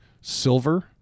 silver